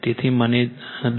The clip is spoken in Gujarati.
તેથી મને દો